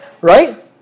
Right